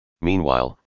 Meanwhile